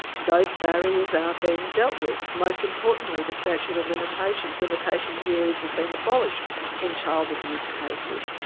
those barriers are being dealt with. most importantly the statute of limitations, limitation periods have been abolished in child abuse cases.